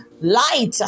light